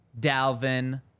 Dalvin